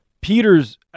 Peters